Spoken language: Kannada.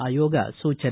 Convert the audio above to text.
ಆಯೋಗ ಸೂಚನೆ